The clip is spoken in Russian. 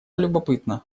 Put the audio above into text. любопытно